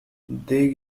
they